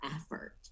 effort